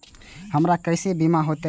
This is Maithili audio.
हमरा केसे बीमा होते?